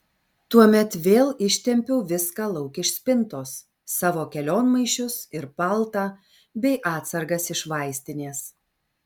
tuomet vėl ištempiau viską lauk iš spintos savo kelionmaišius ir paltą bei atsargas iš vaistinės